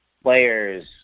players